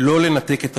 לא לנתק את השרשרת.